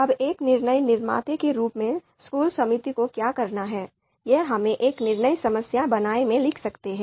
अब एक निर्णय निर्माता के रूप में स्कूल समिति को क्या करना है यह हम एक निर्णय समस्या बयान में लिख सकते हैं